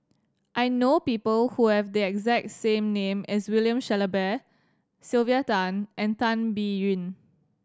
I know people who have the exact same name as William Shellabear Sylvia Tan and Tan Biyun